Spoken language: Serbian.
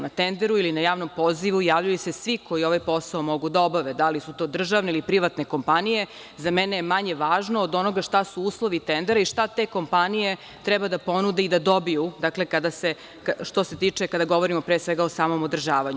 Na tenderu ili na javom pozivu javljaju se svi koji mogu ovaj posao da obave, a da li su to državne ili privatne kompanije, za mene je manje važno od onoga šta su uslovi tendera i šta te kompanije treba da ponude i da dobiju kada govorimo pre svega o samom održavanju.